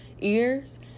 ears